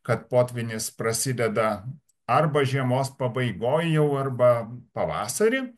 kad potvynis prasideda arba žiemos pabaigoj jau arba pavasarį